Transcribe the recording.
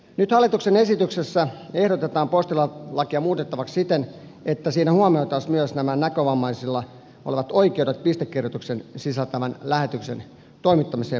nyt hallituksen esityksessä ehdotetaan postilakia muutettavaksi siten että siinä huomioitaisiin myös nämä näkövammaisilla olevat oikeudet pistekirjoitusta sisältävän lähetyksen toimittamiseen maksutta